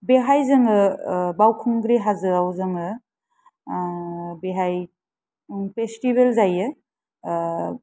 बेहाय जोंनि बावखुंग्रि हाजोआव जोङो बेहाय फेस्तिभेल जायो